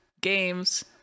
games